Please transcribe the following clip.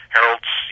Harold's